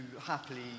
happily